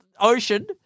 ocean